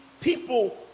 people